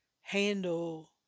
handle